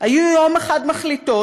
היו יום אחד מחליטות,